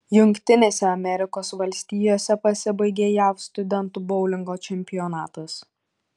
jungtinėse amerikos valstijose pasibaigė jav studentų boulingo čempionatas